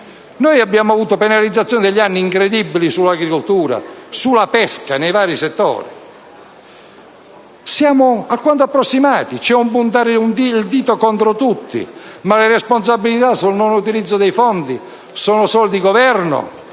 anni abbiamo avuto penalizzazioni incredibili nell'agricoltura, nella pesca e nei vari settori. Siamo alquanto approssimativi: c'è un puntare il dito contro tutti, ma le responsabilità sul non utilizzo dei fondi sono solo dei Governi,